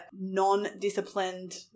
non-disciplined